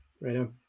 right